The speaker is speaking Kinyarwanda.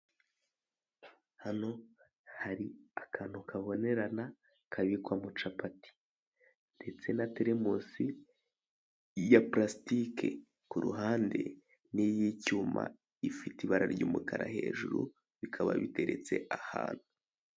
Hano hari akantu kabonerana kabikwamo capati, ndetse na teremusi ya parasitike, ku ruhande ni iy'icyuma ifite ibara ry'umukara hejuru, bikaba biteretse ahantu.